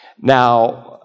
Now